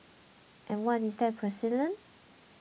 and what is that precedent